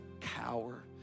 cower